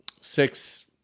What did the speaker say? six